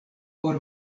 por